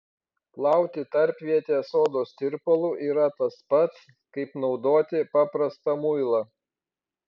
plauti tarpvietę sodos tirpalu yra tas pats kaip naudoti paprastą muilą